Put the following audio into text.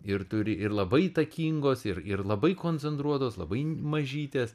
ir turi ir labai įtakingos ir ir labai koncentruotos labai mažytės